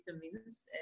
vitamins